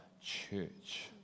church